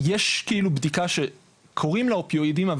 יש כאילו בדיקה שקוראים לה אופיואידים,